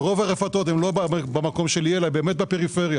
רוב הרפתות הן לא במקום שלי והן באמת בפריפריה.